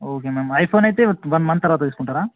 okay ma'am iPhone అయితే one month తర్వాత తీసుకుంటారా